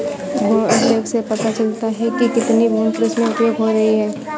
भूमि अभिलेख से पता चलता है कि कितनी भूमि कृषि में उपयोग हो रही है